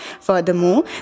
Furthermore